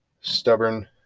stubborn